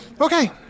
Okay